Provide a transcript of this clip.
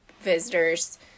visitors